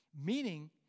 meaning